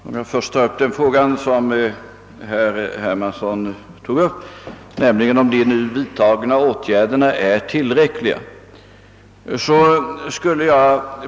Herr talman! Herr Hermansson tog upp frågan huruvida de vidtagna sysselsättningspolitiska åtgärderna är tillräckliga.